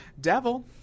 Devil